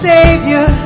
Savior